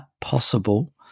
possible